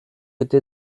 côté